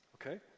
okay